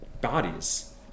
bodies